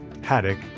haddock